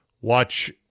Watch